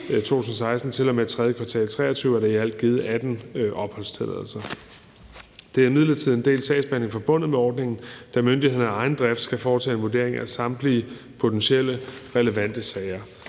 2016 til og med tredje kvartal af 2023 i alt blevet givet 18 af disse opholdstilladelser. Der er imidlertid en del sagsbehandling forbundet med ordningen, da myndighederne af egen drift skal foretage en vurdering af samtlige potentielle relevante sager.